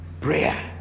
Prayer